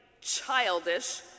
childish